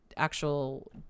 actual